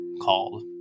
called